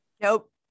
nope